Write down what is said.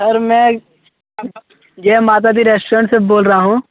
sir मैं Jai Mata Di restaurant से बोल रहा हूँ